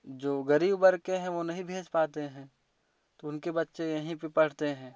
जो गरीब वर्ग के हैं वो नहीं भेज पाते हैं तो उनके बच्चे यहीं पर पढ़ते हैं